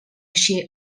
així